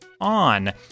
on